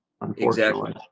unfortunately